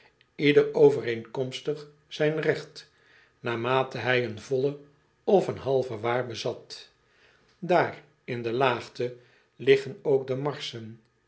ieder overeenkomstig zijn regt naarmate hij een volle of een halve waar bezat aar in de laagte liggen ook de